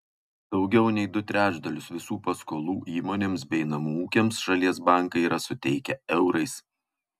daugiau nei du trečdalius visų paskolų įmonėms bei namų ūkiams šalies bankai yra suteikę eurais